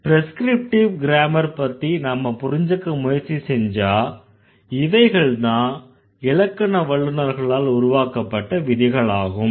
prescriptive grammar பத்தி நாம புரிஞ்சுக்க முயற்சி செஞ்சா இவைகள்தான் இலக்கண வல்லுநர்களால் உருவாக்கப்பட்ட விதிகளாகும்